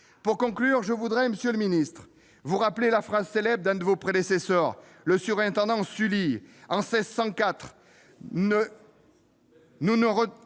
Pour conclure, je voudrais, monsieur le ministre, vous rappeler la phrase célèbre d'un de vos prédécesseurs, le surintendant Sully, prononcée en 1604- nous ne